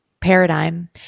paradigm